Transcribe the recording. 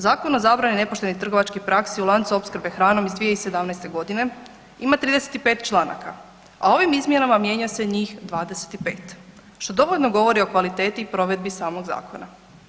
Zakon o zabrani nepoštenih trgovačkih praksi u lancu opskrbe hranom iz 2017. g. ima 35 članaka, a ovim izmjenama mijenja se njih 25, što dovoljno govori o kvaliteti i provedbi samog zakona.